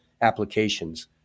applications